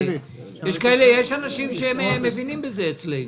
יש אנשים שמבינים בזה אצלנו.